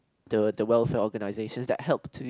the the welfare organizations that help to